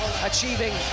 achieving